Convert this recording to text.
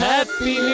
Happy